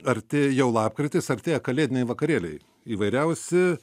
arti jau lapkritis artėja kalėdiniai vakarėliai įvairiausi